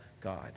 God